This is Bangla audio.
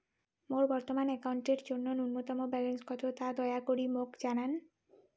মোর বর্তমান অ্যাকাউন্টের জন্য ন্যূনতম ব্যালেন্স কত তা দয়া করি মোক জানান